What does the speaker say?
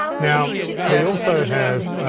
now we also have,